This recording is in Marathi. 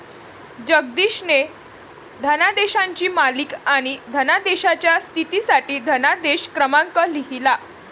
जगदीशने धनादेशांची मालिका आणि धनादेशाच्या स्थितीसाठी धनादेश क्रमांक लिहिला